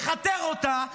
לכתר אותה,